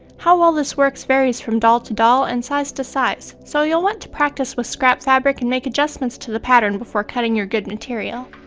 how well this works varies from doll to doll and size to size, so you'll want to practice with scrap fabric and make adjustments to the pattern before cutting your good material.